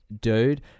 Dude